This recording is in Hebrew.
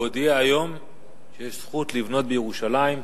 הוא הודיע היום שיש זכות לבנות בירושלים,